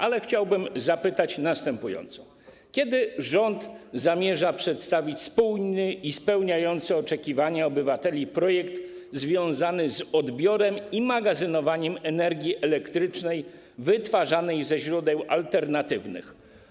Ale chciałbym zadać następujące pytanie: Kiedy rząd zamierza przedstawić spójny i spełniający oczekiwania obywateli projekt związany z odbiorem i magazynowaniem energii elektrycznej wytwarzanej ze źródeł alternatywnych?